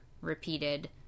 repeated